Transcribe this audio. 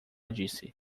disse